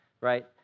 right